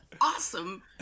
awesome